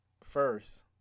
first